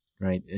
Right